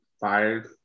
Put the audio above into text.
five